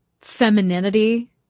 femininity